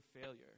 failure